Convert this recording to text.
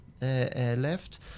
Left